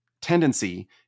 tendency